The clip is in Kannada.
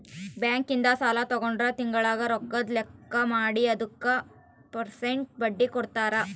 ಬ್ಯಾಂಕ್ ಇಂದ ಸಾಲ ತಗೊಂಡ್ರ ತಿಂಗಳ ರೊಕ್ಕದ್ ಲೆಕ್ಕ ಮಾಡಿ ಅದುಕ ಪೆರ್ಸೆಂಟ್ ಬಡ್ಡಿ ಹಾಕ್ತರ